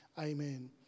amen